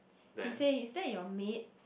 he say is that your maid